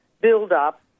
build-up